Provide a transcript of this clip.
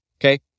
okay